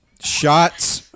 Shots